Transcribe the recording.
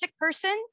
person